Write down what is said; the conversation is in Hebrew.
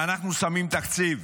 אנחנו שמים תקציב